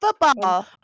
Football